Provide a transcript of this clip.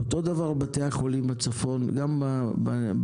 אותו דבר בתי חולים בצפון, גם בנגב,